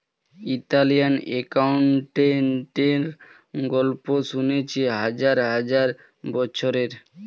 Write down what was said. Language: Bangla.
ইতালিয়ান অ্যাকাউন্টেন্টের গল্প শুনেছি হাজার হাজার বছরের